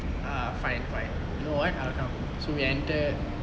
err fine fine you know what I'll come so we entered